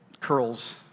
curls